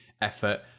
effort